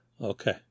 Okay